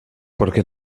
porque